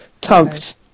tugged